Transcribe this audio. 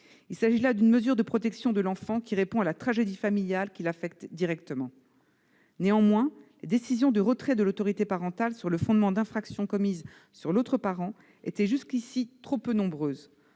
Il s'agit là d'une mesure de protection de l'enfant, qui répond à la tragédie familiale qui affecte directement ce dernier. Néanmoins, les décisions de retrait de l'autorité parentale prises sur le fondement d'infractions commises sur l'autre parent étaient jusqu'ici trop peu nombreuses,